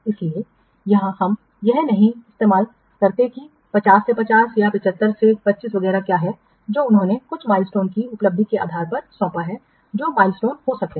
इसलिए यहां हम यह नहीं इस्तेमाल करते हैं कि 50 से 50 या 75 से 25 वगैरह क्या है जो उन्होंने कुछ माइलस्टोन की उपलब्धि के आधार पर सौंपा है जो माइलस्टोन हो सकते हैं